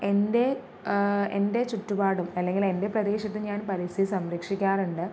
എൻ്റെ എൻ്റെ ചുറ്റുപാടും അല്ലെങ്കിൽ എൻ്റെ പ്രദേശത്ത് ഞാൻ പരിസ്ഥിതി സംരക്ഷിക്കാറുണ്ട്